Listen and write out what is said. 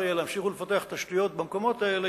יהיה להמשיך ולפתח תשתיות במקומות האלה,